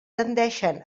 tendeixen